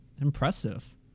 Impressive